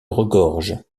regorge